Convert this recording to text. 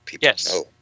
yes